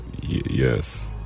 Yes